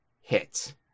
hit